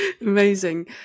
Amazing